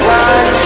run